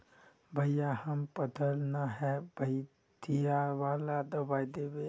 भैया हम पढ़ल न है बढ़िया वाला दबाइ देबे?